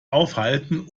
aufhalten